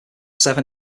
seven